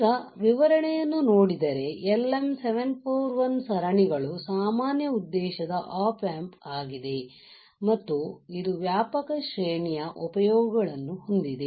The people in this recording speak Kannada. ಈಗ ವಿವರಣೆಯನ್ನು ನೋಡಿದರೆ LM 741 ಸರಣಿಗಳು ಸಾಮಾನ್ಯ ಉದ್ದೇಶದ ಆಪ್ ಆಂಪ್ ಆಗಿದೆ ಮತ್ತು ಇದು ವ್ಯಾಪಕ ಶ್ರೇಣಿಯ ಉಪಯೋಗಗಳನ್ನು ಹೊಂದಿದೆ